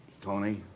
Tony